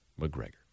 McGregor